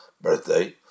birthday